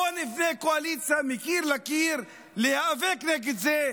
בואו נבנה קואליציה מקיר לקיר להיאבק נגד זה.